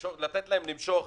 לתת להם למשוך